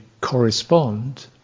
correspond